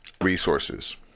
resources